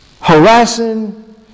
harassing